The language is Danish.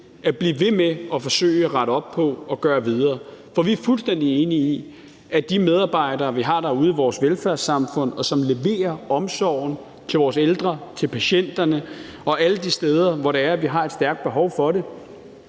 at blive ved med at forsøge at rette op på og gøre fortsat, for vi er jo fuldstændig enige i, at de medarbejdere, vi har derude i vores velfærdssamfund, og som leverer omsorgen til vores ældre, til patienterne og alle de steder, hvor det er, vi har et stærkt behov for det,